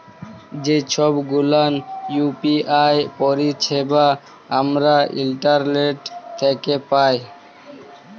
যে ছব গুলান ইউ.পি.আই পারিছেবা আমরা ইন্টারলেট থ্যাকে পায়